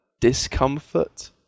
discomfort